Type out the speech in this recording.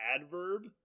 adverb